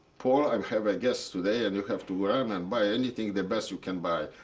pol, i um have a guest today, and you have to run and buy anything, the best you can buy.